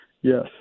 Yes